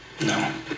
no